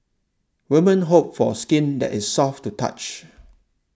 women hope for a skin that is soft to the touch